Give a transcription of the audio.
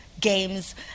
games